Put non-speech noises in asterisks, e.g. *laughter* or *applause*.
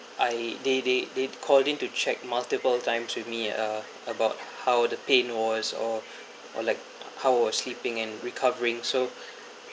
I they they they calling to check multiple times with me uh about how the pain was or *breath* or like how was sleeping and recovering so